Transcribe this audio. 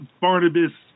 Barnabas